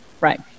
Right